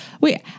wait